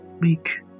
week